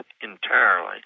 entirely